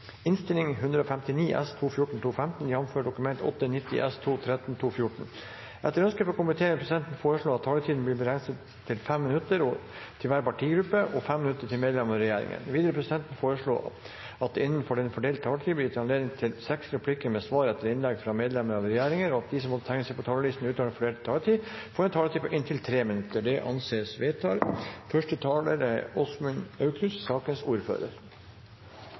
vil presidenten foreslå at taletiden blir begrenset til 5 minutter til hver partigruppe og 5 minutter til medlem av regjeringen. Videre vil presidenten foreslå at det blir gitt anledning til seks replikker med svar etter innlegg fra medlem av regjeringen innenfor den fordelte taletid, og at de som måtte tegne seg på talerlisten utover den fordelte taletid, får en taletid på inntil 3 minutter. – Det anses vedtatt.